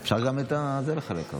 אוקיי, אפשר גם את זה לחלק.